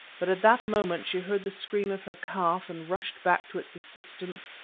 but at that moment she heard the scream of her calf, and rushed back to its assistance,